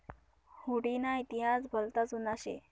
हुडी ना इतिहास भलता जुना शे